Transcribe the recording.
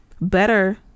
Better